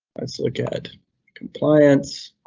let's look at compliance,